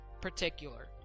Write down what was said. particular